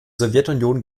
sowjetunion